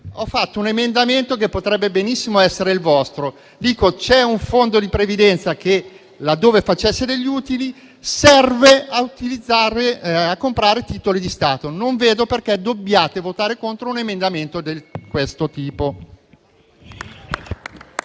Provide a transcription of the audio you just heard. presentato un emendamento che potrebbe benissimo essere il vostro. C'è un fondo di previdenza che, laddove facesse degli utili, servirebbe a comprare titoli di Stato. Non vedo perché dobbiate votare contro un emendamento di questo tipo.